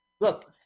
Look